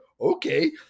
okay